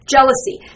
Jealousy